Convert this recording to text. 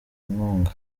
inkunga